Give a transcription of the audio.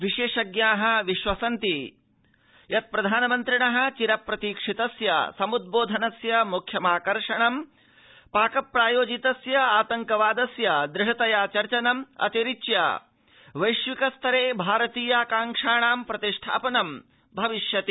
विशेषज्ञाः विश्वसन्ति यत्प्रधानमन्त्रिणः चिर प्रतीक्षितस्य समुदद्रोधनस्य मुख्याकर्षणं पाक प्रायोजितस्य आतंकवादस्य दृढ़तया चर्चाम् अतिरिच्य वैश्विकस्तरे भारतीया कौषाणां प्रतिष्ठापनं भविष्यति